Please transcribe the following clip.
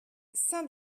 saint